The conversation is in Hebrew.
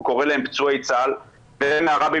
הוא קורא להם "פצועי צה"ל" ומהרבי